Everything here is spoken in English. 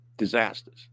disasters